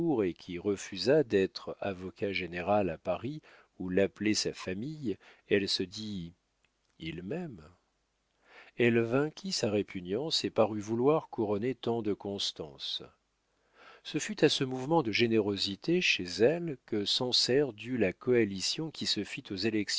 et qui refusa d'être avocat-général à paris où l'appelait sa famille elle se dit il m'aime elle vainquit sa répugnance et parut vouloir couronner tant de constance ce fut à ce mouvement de générosité chez elle que sancerre dut la coalition qui se fit aux